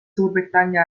suurbritannia